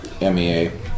MEA